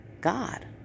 God